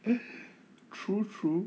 true true